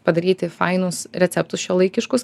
padaryti fainus receptus šiuolaikiškus